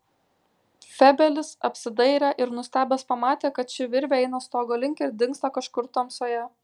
feldfebelis apsidairė ir nustebęs pamatė kad ši virvė eina stogo link ir dingsta kažkur tamsoje